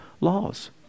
laws